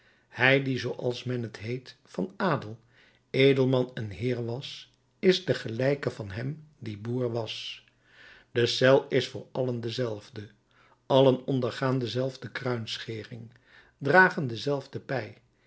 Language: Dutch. hij die zooals men t heet van adel edelman en heer was is de gelijke van hem die boer was de cel is voor allen dezelfde allen ondergaan dezelfde kruinschering dragen dezelfde pij